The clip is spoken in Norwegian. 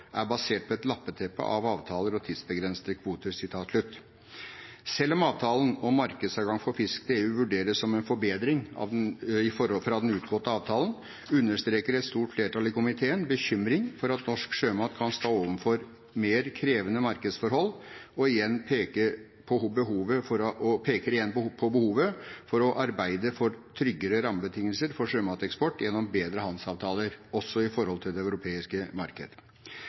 er basert på «et lappeteppe av avtaler og tidsbegrensede kvoter». Selv om avtalen om markedsadgang for fisk til EU vurderes som en forbedring fra den utgåtte avtalen, understreker et stort flertall i komiteen bekymring for at norsk sjømat kan stå overfor mer krevende markedsforhold, og peker igjen på behovet for å arbeide for tryggere rammebetingelser for sjømateksport gjennom bedre handelsavtaler, også overfor det europeiske